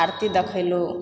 आरती देखेलहुँ